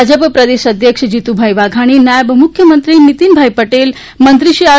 ભાજપ પ્રદેશ અધ્યક્ષ જીતુભાઈ વાઘાણી નાયબ મુખ્યમંત્રી નીતીશભાઈ પટેલ મંત્રીશ્રી આર